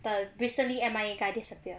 the recently M_I_A guy disappear